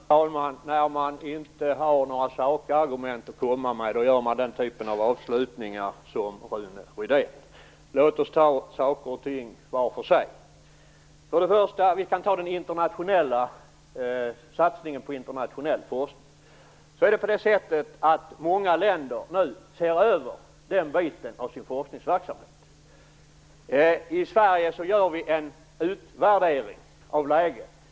Herr talman! När man inte har några sakargument att komma med avslutar man på det sätt som Rune Rydén nu gjorde. Låt oss ta en sak i taget. När det gäller satsningen på internationell forskning vill jag säga att det är många länder som nu ser över den delen av sin forskningsverksamhet. I Sverige gör vi en utvärdering av läget.